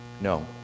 No